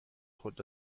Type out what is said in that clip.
خود